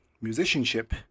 musicianship